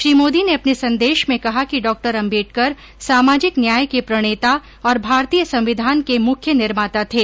श्री मोदी ने अपने संदेश में कहा कि डॉ अम्बेडकर सामाजिक न्याय के प्रणेता और भारतीय संविधान के मुख्य निर्माता थे